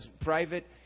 private